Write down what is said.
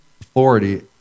authority